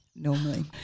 normally